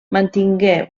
mantingué